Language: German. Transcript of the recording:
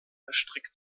erstreckt